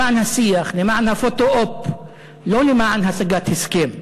למען השיח, למען הפוטו-אופ, לא למען השגת הסכם.